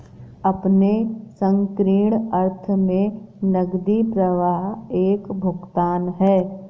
अपने संकीर्ण अर्थ में नकदी प्रवाह एक भुगतान है